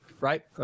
right